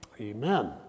Amen